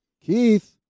Keith